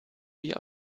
wie